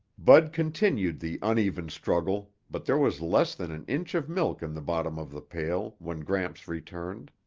bud continued the uneven struggle but there was less than an inch of milk in the bottom of the pail when gramps returned.